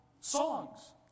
songs